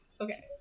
Okay